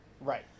Right